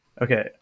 Okay